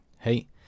hey